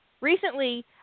Recently